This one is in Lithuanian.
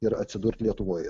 ir atsidurt lietuvoje